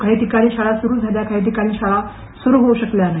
काही ठिकाणी शाळा सुरु झाल्या तर काही ठिकाणी शाळा सुरु होऊ शकल्या नाही